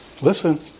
Listen